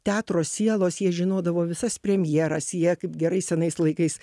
teatro sielos jie žinodavo visas premjeras jie kaip gerais senais laikais